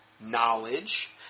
knowledge